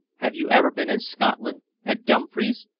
have you ever been in scotland at dumfries?